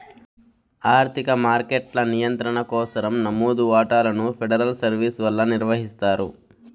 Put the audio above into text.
ఆర్థిక మార్కెట్ల నియంత్రణ కోసరం నమోదు వాటాలను ఫెడరల్ సర్వీస్ వల్ల నిర్వహిస్తారు